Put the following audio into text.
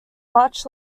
much